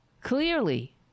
Clearly